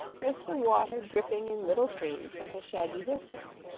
with the water dripping in little streams from his shaggy whiskers.